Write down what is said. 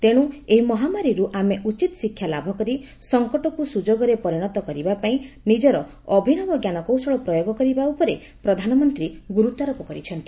ତେଣୁ ଏହି ମହାମାରୀରୁ ଆମେ ଉଚିତ୍ ଶିକ୍ଷା ଲାଭ କରି ସଙ୍କଟକୁ ସୁଯୋଗରେ ପରିଣତ କରିବା ପାଇଁ ନିଜର ଅଭିନବ ଞ୍ଜାନକୌଶଳ ପ୍ରୟୋଗ କରିବା ଉପରେ ପ୍ରଧାନମନ୍ତ୍ରୀ ଗୁରୁତ୍ୱାରୋପ କରିଛନ୍ତି